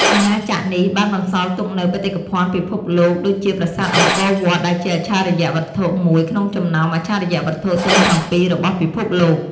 អាណាចក្រនេះបានបន្សល់ទុកនូវបេតិកភណ្ឌពិភពលោកដូចជាប្រាសាទអង្គរវត្តដែលជាអច្ឆរិយវត្ថុមួយក្នុងចំណោមអច្ឆរិយវត្ថុទាំងប្រាំពីររបស់ពិភពលោក។